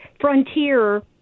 Frontier